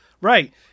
Right